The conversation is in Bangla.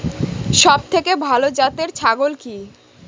সবথেকে ভালো জাতের ছাগল কি?